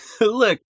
look